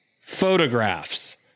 photographs